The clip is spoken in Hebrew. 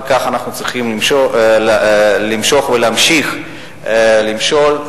וכך אנחנו צריכים למשוך ולהמשיך למשול.